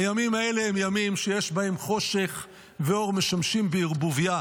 הימים האלה הם ימים שיש בהם חושך ואור המשמשים בערבוביה,